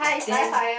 then